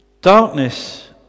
darkness